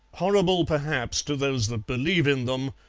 horrible perhaps to those that believe in them,